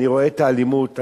אני רואה את האלימות.